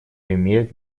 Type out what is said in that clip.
имеет